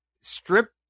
strip